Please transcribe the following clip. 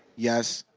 yes.